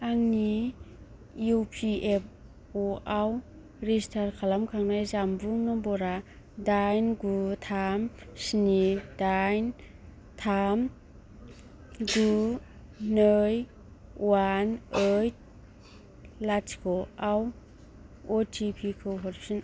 आंनि E P F अ' आव रेजिस्टार खालामखांनाय जानबुं नम्बरा दाइन गु थाम स्नि दाइन थाम गु नै वान ओइट लाथिख'आव अ टि पि खौ हरफिन